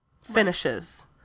finishes